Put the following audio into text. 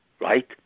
right